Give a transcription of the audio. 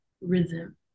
rhythm